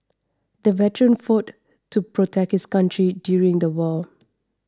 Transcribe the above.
the veteran fought to protect his country during the war